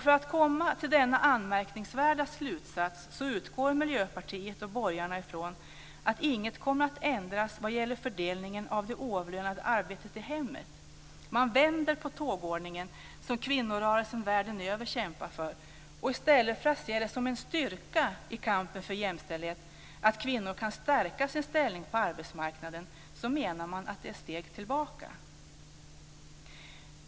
För att komma till denna anmärkningsvärda slutsats utgår Miljöpartiet och borgarna från att inget kommer att ändras när det gäller fördelningen av det oavlönade arbetet i hemmet. Man vänder på tågordningen, som kvinnorörelsen världen över kämpar för. I stället för att se det som en styrka i kampen för jämställdhet att kvinnor kan stärka sin ställning på arbetsmarknaden menar man att det är ett steg tillbaka.